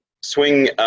swing